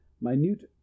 minute